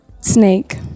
Snake